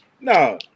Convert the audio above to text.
No